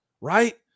right